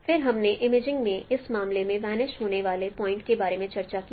फिर हमने इमेजिंग में इस मामले में वनिश होने वाले पॉइंट्स के बारे में चर्चा की